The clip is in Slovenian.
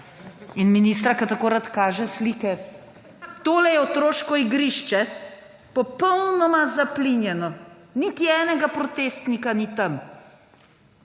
in ministra, ki tako rad kaže slike, tole je otroško igrišče, popolnoma zaplinjeno, niti enega protestnika ni tam.